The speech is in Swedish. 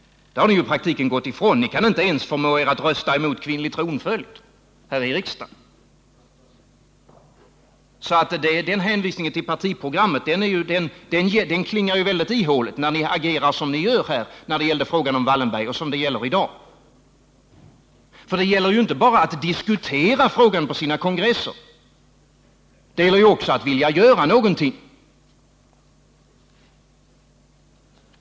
Där har ni i praktiken gått ifrån partiprogrammet och kan inte ens förmå er att rösta emot kvinnlig tronföljd här i riksdagen, så hänvisningen till partiprogrammet klingar väldigt ihåligt när ni agerar som ni gör då det gäller V/allenbergimperiet och den fråga som är aktuell i dag. Det är ju inte bara att diskutera frågan vid kongresser. Det gäller att vilja göra någonting.